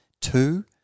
two